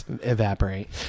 evaporate